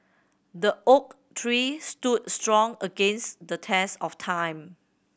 the oak tree stood strong against the test of time